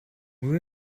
will